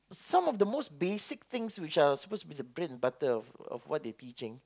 some of the most basic thing which are supposed to the bread and butter of what they are teaching